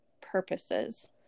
purposes